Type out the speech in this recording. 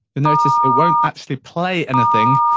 notice it won't actually play anything.